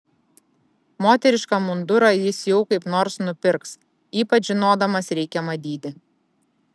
moterišką mundurą jis jau kaip nors nupirks ypač žinodamas reikiamą dydį